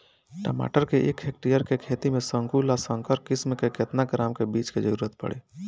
टमाटर के एक हेक्टेयर के खेती में संकुल आ संकर किश्म के केतना ग्राम के बीज के जरूरत पड़ी?